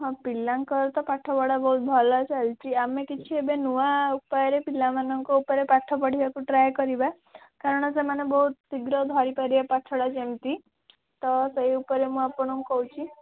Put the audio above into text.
ହଁ ପିଲାଙ୍କର ତ ପାଠ ପଢ଼ା ବହୁତ ଭଲ ଚାଲିଛି ଆମେ କିଛି ଏବେ ନୂଆ ଉପାୟରେ ପିଲାମାନଙ୍କ ଉପରେ ପାଠ ପଢ଼ିବାକୁ ଟ୍ରାଏ କରିବା କାରଣ ସେମାନେ ବହୁତ ଶୀଘ୍ର ଧରିପାରିବେ ପାଠଟା ଯେମିତି ତ ସେଇ ଉପରେ ମୁଁ ଆପଣଙ୍କୁ କହୁଛି